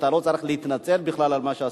אתה לא צריך להתנצל בכלל על מה שעשית,